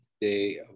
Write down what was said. day